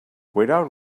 without